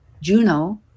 Juno